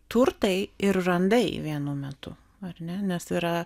turtai ir randai vienu metu ar ne nes yra